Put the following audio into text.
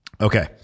Okay